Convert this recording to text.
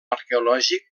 arqueològic